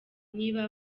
niba